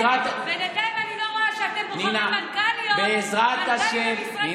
בינתיים אני לא רואה שאתם בוחרים מנכ"ליות למשרדי הממשלה.